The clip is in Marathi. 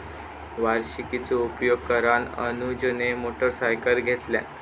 वार्षिकीचो उपयोग करान अनुजने मोटरसायकल घेतल्यान